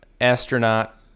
astronaut